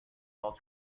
while